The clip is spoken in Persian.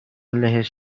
لهش